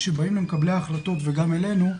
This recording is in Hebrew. כשבאים אל מקבלי ההחלטות וגם אלינו,